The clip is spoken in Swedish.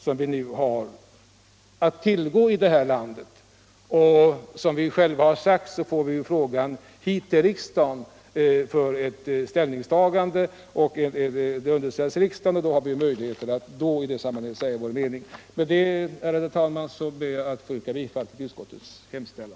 Som vi själva har sagt får vi den frågan hit till riksdagen för ställningstagande. I det sammanhanget har vi möjligheter att säga vår mening. Med detta, ärade talman, ber jag att få yrka bifall till utskottets hemställan.